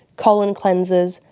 colon cleanses,